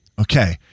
Okay